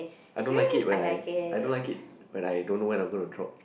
I don't like it when I I don't like when I don't know when I'm gonna choke